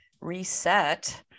reset